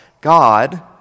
God